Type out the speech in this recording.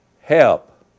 Help